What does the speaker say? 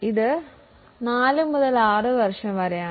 ഇത് 4 6 വർഷം വരെയാണ്